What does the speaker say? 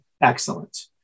excellent